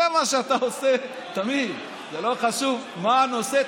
זה מה שאתה עושה תמיד: לא חשוב מה הנושא,